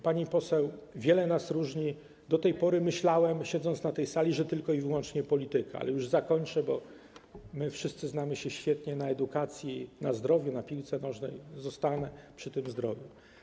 Pani poseł, wiele nas różni, do tej pory myślałem, siedząc na tej sali, że tylko i wyłącznie polityka, ale już zakończę, bo wszyscy znamy się świetnie na edukacji, na zdrowiu, na piłce nożnej, zostanę przy tym zdrowiu.